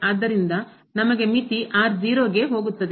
ಆದ್ದರಿಂದ ನಮಗೆ ಮಿತಿ 0 ಕ್ಕೆ ಹೋಗುತ್ತದೆ